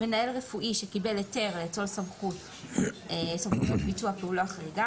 מנהל רפואי שקיבל היתר לאצול סמכויות ביצוע פעולה חריגה,